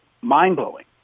mind-blowing